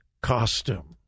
costume